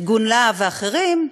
ארגון לה"ב ואחרים,